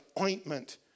ointment